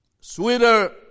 sweeter